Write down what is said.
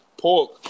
Pork